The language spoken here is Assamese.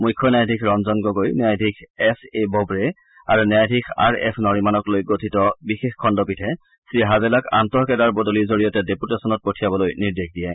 মুখ্য ন্যায়াধীশ ৰঞ্জন গগৈ ন্যায়াধীশ এছ এ ববড়ে আৰু ন্যায়াধীশ আৰ এফ নৰিমানকলৈ গঠিত বিশেষ খণ্ডপীঠে শ্ৰীহাজেলাক আন্তঃকেদাৰ বদলিৰ জৰিয়তে ডেপুটেখনত পঠিয়াবলৈ নিৰ্দেশ দিয়ে